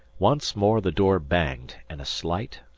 once more the door banged, and a slight,